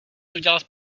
udělat